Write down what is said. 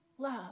love